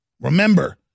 Remember